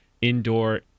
indoor